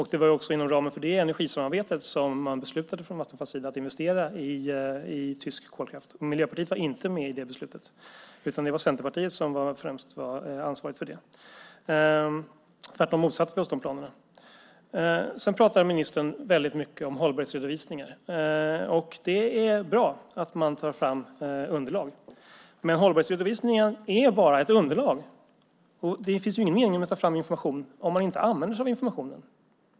Det var också inom ramen för detta energisamarbete som man från Vattenfalls sida beslutade att investera i tysk kolkraft. Miljöpartiet var inte med om det beslutet, utan det var Centerpartiet som främst var ansvarigt för det. Tvärtom motsatte vi oss dessa planer. Sedan talade ministern väldigt mycket om hållbarhetsredovisningar. Det är bra att man tar fram underlag. Men hållbarhetsredovisningen är bara ett underlag, och det finns ingen mening med att ta fram information om man inte använder sig av informationen.